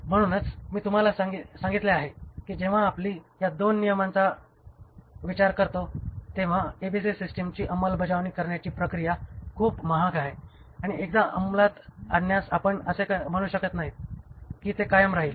म्हणूनच मी तुम्हाला सांगितले आहे की जेव्हा आम्ही या दोन नियमांचा विचार करतो तेव्हा कारण ABC सिस्टमची अंमलबजावणी करण्याची प्रक्रिया खूप महाग आहे आणि एकदा अंमलात आणल्यास आपण असे म्हणू शकत नाही की ते कायम राहील